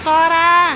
चरा